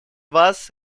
вас